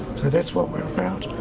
so that's what we're about.